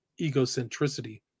egocentricity